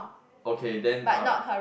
okay then uh